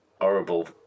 horrible